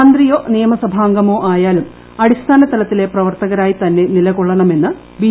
മന്ത്രിയോ നിയമസഭാംഗമോ ആയാലും അടിസ്ഥാന തലത്തിലെ പ്രവർത്തകരായി തന്നെ നിലകൊള്ളണമെന്ന് ബി